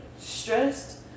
stressed